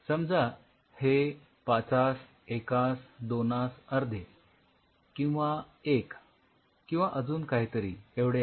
समजा हे ५१२१२ किंवा १ किंवा अजून काहीतरी एवढे आहे